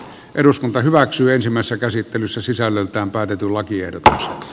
eduskunta hyväksyy ensimmäistä käsittelyssä sisällöltään päätetulla kiertoa